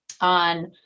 On